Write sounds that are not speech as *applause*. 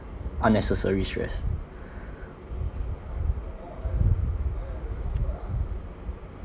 unnecessary stress *breath*